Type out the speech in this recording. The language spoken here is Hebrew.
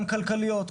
גם כלכליות,